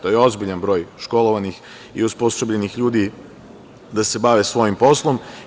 To je ozbiljan broj školovanih i osposobljenih ljudi da se bave svojim poslom.